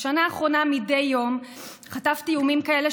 בשנה האחרונה מדי יום חטפתי איומים כאלה,